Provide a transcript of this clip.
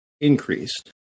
increased